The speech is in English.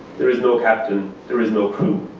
there is no captain. there is no crew.